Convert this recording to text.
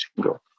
go